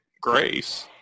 grace